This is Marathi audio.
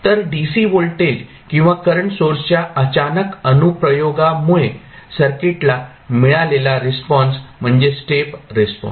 तर DC व्होल्टेज किंवा करंट सोर्सच्या अचानक अनुप्रयोगामुळे सर्किटला मिळालेला रिस्पॉन्स म्हणजे स्टेप रिस्पॉन्स